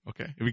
Okay